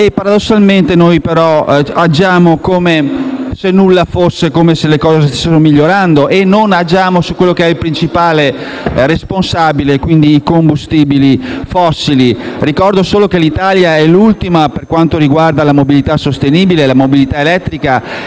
ma paradossalmente noi agiamo come se nulla fosse e come se le cose stessero migliorando, senza agire sul principale fattore responsabile: i combustibili fossili. Ricordo solo che l'Italia è ultima per quanto riguarda la mobilità sostenibile e la mobilità elettrica.